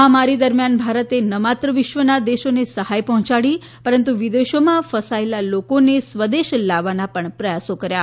મહામારી દરમિયાન ભારતે ન માત્ર વિશ્વના દેશોને સહાય પહોંચાડી પરંતુ વિદેશોમાં ફસાયેલ લોકોને સ્વદેશ લાવવા પણ પ્રયત્ન કર્યા